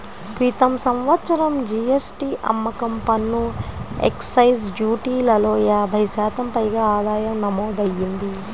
క్రితం సంవత్సరం జీ.ఎస్.టీ, అమ్మకం పన్ను, ఎక్సైజ్ డ్యూటీలలో యాభై శాతం పైగా ఆదాయం నమోదయ్యింది